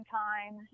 time